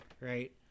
Right